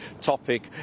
topic